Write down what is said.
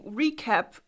recap